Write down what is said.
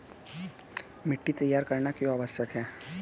मिट्टी तैयार करना क्यों आवश्यक है?